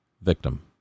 Victim